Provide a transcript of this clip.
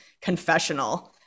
confessional